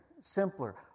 simpler